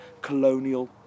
colonial